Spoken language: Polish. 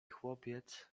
chłopiec